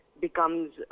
becomes